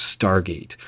stargate